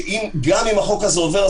וגם אם החוק הזה עובר,